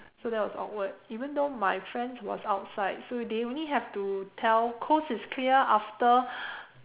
so that was awkward even though my friends was outside so they only have to tell coast is clear after